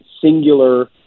singular